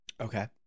Okay